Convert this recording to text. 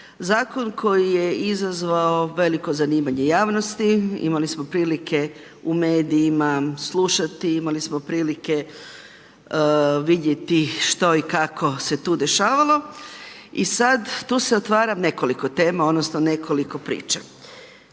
Zakon koji je izazvao veliko zanimanje javnosti, imali smo prilike u medijima slušati, imali smo prilike vidjeti što i kako se tu dešavalo i sad tu se otvara nekoliko tema odnosno nekoliko priča.